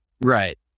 Right